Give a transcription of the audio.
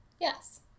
Yes